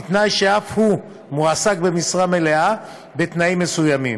בתנאי שאף הוא מועסק במשרה מלאה בתנאים מסוימים.